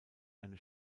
eine